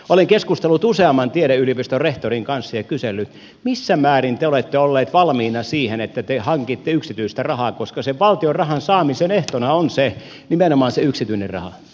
olen keskustellut useamman tiedeyliopiston rehtorin kanssa ja kysellyt missä määrin te olette olleet valmiina siihen että te hankitte yksityistä rahaa koska sen valtion rahan saamisen ehtona on nimenomaan se yksityinen raha